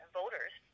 voters